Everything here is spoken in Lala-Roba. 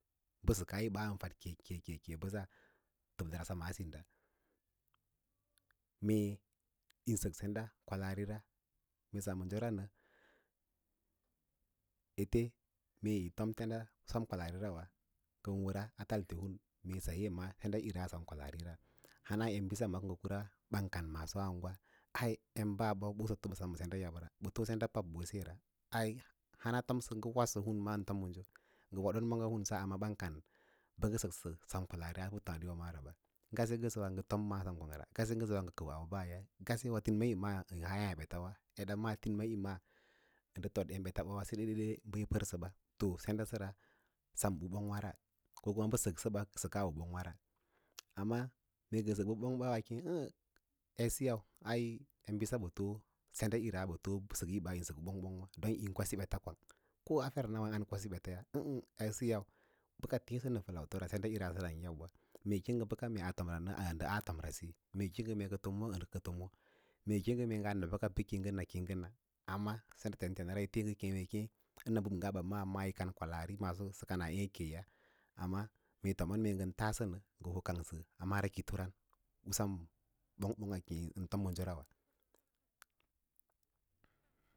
Bə səkaaꞌiba bən faɗ keke bəsa təblə ra tomas sín ɗa mee yi sək sen da kwalaari ra mee semən ra nə ete mee tom senda u sem kwalaari rawa ngən wəraa a talte hun saye yin maꞌǎ senɗaꞌira sem kwalaarira hana embisa ngə kura ɓan kau bə maaso a angwa ai em baaɓa ɓosoto ɓə sem ma senɗa yab ra bə too senda pabbosera ai hana tonsə ngə wodsə hun ma ən tomaŋji, ngə wodon maaga hansa pə ɓan kana a bə səksə sen kwalaari a puttǎǎdiwaɓa ngase ngəsə wa ngə maaso kwang, ngase ngəsə wa ngə maaso kwang ngasewa ngə kəu ɓaaya ngase ngəsə wa gən sika yaayà ɓetawa yaake wa tinimaꞌīma ndə fodem ɓeta ba seɗeɗe bə yi pərsə ɓa to senɗa səra sem ndə u ɓongwara ko kuma bə sək səba səkaa u bong wara amma mee ngən sək bə bongba ɓaa keẽ ə̌ə̌ edsiyau aí embisa bə too senda ꞌíra bə bə sək ꞌiba nɗə send ɓongbongra yín kwaso ɓeta kwang ko a fernawa yin an kwasi ɓetaya ə̌ə̌ eɗsiyau bə ka teẽ sə ma fəlaute ra sendaꞌira səra ndə u yabꞌwa mee yi keẽ bəka a tomra nə ndə aa tomre siyi mee keẽ mee ka fomo ka fomo mee yi keẽ mee nga na bəka pə kiyì na kiyi na amma senda tentenapâ pə yi keẽ mea keẽ ɓə ɓəngga ɓa ma pə kaɗ kwalaari maaso sə kana ê keya, amma mee tomon mee ngən tassə nə kangsən a mara kito ra sam don ko ngaa u tomənsa ra wa.